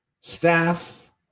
staff